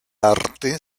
arte